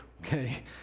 okay